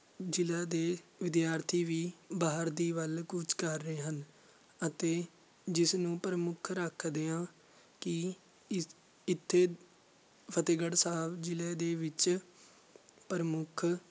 ਜ਼ਿਲ੍ਹਾ ਦੇ ਵਿਦਿਆਰਥੀ ਵੀ ਬਾਹਰ ਦੀ ਵੱਲ ਕੂਚ ਕਰ ਰਹੇ ਹਨ ਅਤੇ ਜਿਸ ਨੂੰ ਪ੍ਰਮੁੱਖ ਰੱਖਦਿਆਂ ਕਿ ਇਸ ਇੱਥੇ ਫਤਿਹਗੜ੍ਹ ਸਾਹਿਬ ਜ਼ਿਲ੍ਹੇ ਦੇ ਵਿੱਚ ਪ੍ਰਮੁੱਖ